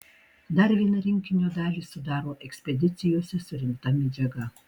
dar vieną rinkinio dalį sudaro ekspedicijose surinkta medžiaga